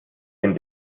den